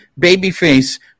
Babyface